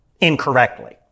Incorrectly